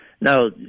no